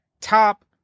top